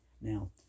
Now